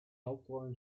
hauptrollen